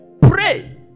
pray